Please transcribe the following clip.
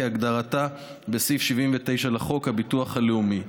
כהגדרתה בסעיף 79 לחוק הביטוח הלאומי,